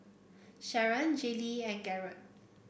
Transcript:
Sharron Jaylee and Garold